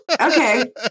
Okay